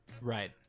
Right